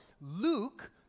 Luke